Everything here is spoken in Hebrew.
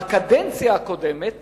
בקדנציה הקודמת